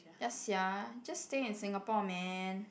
ya sia just stay in Singapore man